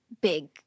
big